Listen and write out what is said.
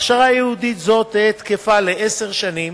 הכשרה ייעודית זו תהא תקפה לעשר שנים,